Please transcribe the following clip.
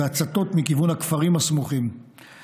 והצתות מכיוון הכפרים הסמוכים.